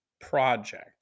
project